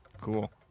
Cool